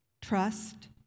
Trust